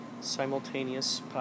Simultaneous